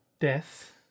death